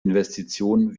investition